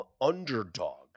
underdog